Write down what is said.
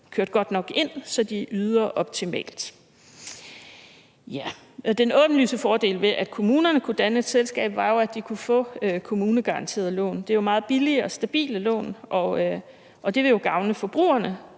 kørt godt nok ind til at yde optimalt. Den åbenlyse fordel, ved at kommunerne kunne danne et selskab, var jo, at de kunne få kommunegaranterede lån. Det er jo meget billige og stabile lån, og det vil jo gavne forbrugerne,